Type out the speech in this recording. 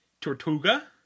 Tortuga